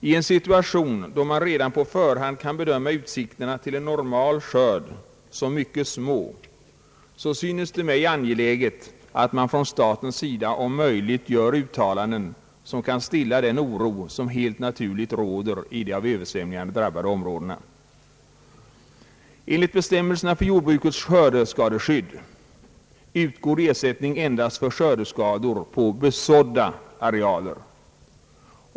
I en situation då man redan på förhand kan bedöma utsikterna till en normal skörd som mycket små synes det mig angeläget att man från statens sida om möjligt gör uttalanden, som kan stilla den oro som helt naturligt råder i de av översvämningarna drabbade områdena. Enligt bestämmelserna för jordbrukets skördeskadeskydd utgår ersättning endast för skördeskador på besådda arealer.